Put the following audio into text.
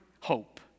hope